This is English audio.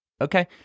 Okay